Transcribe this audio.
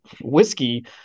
whiskey